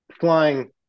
Flying